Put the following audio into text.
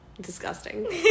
disgusting